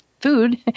food